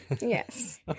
Yes